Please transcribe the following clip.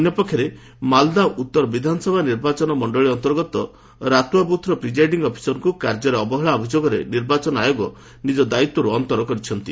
ଅନ୍ୟ ପକ୍ଷରେ ମାଲଦା ଉତ୍ତର ବିଧାନସଭା ନିର୍ବାଚନ ମଣ୍ଡଳୀ ଅନ୍ତର୍ଗତ ରାତୁଆ ବୁଥ୍ର ପ୍ରିଜାଇଡିଂ ଅଫିସରଙ୍କୁ କାର୍ଯ୍ୟରେ ଅବହେଳା ଅଭିଯୋଗରେ ନିର୍ବାଚନ ଆୟୋଗ ନିଜ ଦାୟିତ୍ୱରୁ ଅନ୍ତର କରିଛନ୍ତି